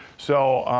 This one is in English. so,